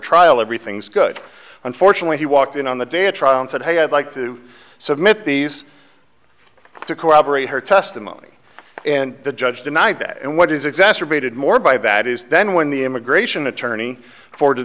trial everything's good unfortunately he walked in on the day trial and said hey i'd like to submit these to corroborate her testimony and the judge denied that and what is exacerbated more by that is than when the immigration attorney for the